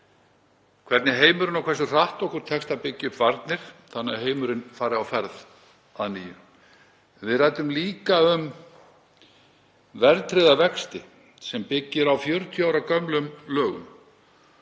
dreifingu bóluefnis og hversu hratt okkur tekst að byggja upp varnir þannig að heimurinn fari á ferð að nýju. Við ræddum líka um verðtryggða vexti sem byggja á 40 ára gömlum lögum